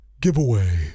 giveaway